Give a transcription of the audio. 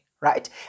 right